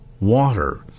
water